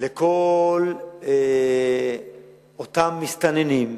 לכל אותם מסתננים.